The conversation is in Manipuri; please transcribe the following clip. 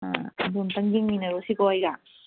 ꯑꯥ ꯑꯗꯨ ꯑꯝꯇꯪ ꯌꯦꯡꯃꯤꯟꯅꯔꯨꯁꯤꯀꯣ ꯑꯩꯒ